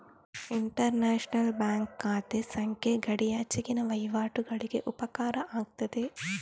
inter national bank ಖಾತೆ ಸಂಖ್ಯೆ ಗಡಿಯಾಚೆಗಿನ ವಹಿವಾಟುಗಳಿಗೆ ಉಪಕಾರ ಆಗ್ತದೆ